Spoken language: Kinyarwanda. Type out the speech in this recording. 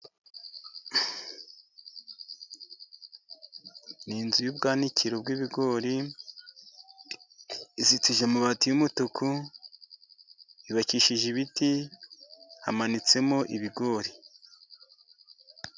Inzu y'ubwanikiro bw'ibigori, izitije amabati y'umutuku, yubakishije ibiti, hamanitsemo ibigori.